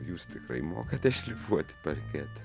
jūs tikrai mokate šlifuoti parketą